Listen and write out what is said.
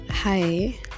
Hi